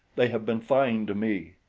they have been fine to me.